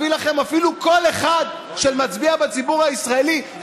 לכם אפילו קול אחד של מצביע בציבור הישראלי,